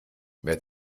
wer